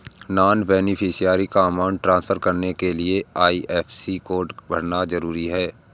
non beneficiary को amount transfer करने के लिए आई.एफ.एस.सी कोड भरना जरूरी है